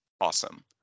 Awesome